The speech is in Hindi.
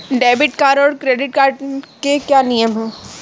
डेबिट कार्ड और क्रेडिट कार्ड के क्या क्या नियम हैं?